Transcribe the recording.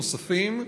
נוספים,